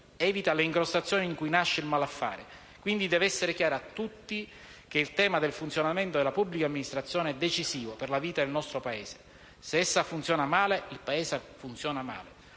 evita le incrostazioni in cui nasce il malaffare. Deve quindi essere chiaro a tutti che il tema del funzionamento della pubblica amministrazione è decisivo per la vita del nostro Paese: se essa funziona male, il Paese funziona male.